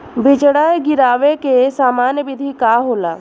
बिचड़ा गिरावे के सामान्य विधि का होला?